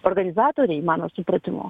organizatoriai mano supratimu